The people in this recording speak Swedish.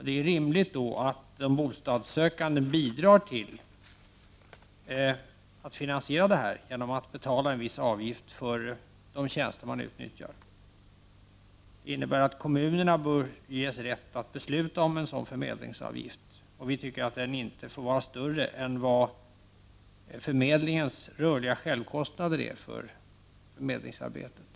Det är rimligt att de bostadssökande bidrar till att finansiera verksamheten genom att betala en viss avgift för de tjänster som de utnyttjar. Det innebär att kommunerna bör ges rätt att besluta om en sådan förmedlingsavgift, och vi tycker att den inte får vara större än att förmedlingen får täckning för sina rörliga självkostnader för förmedlingsarbetet.